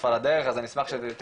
שותפה לדרך - אז אני אשמח שתתייחסי.